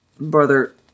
Brother